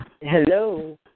Hello